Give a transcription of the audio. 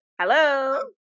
Hello